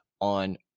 on